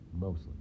Mostly